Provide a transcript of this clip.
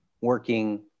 working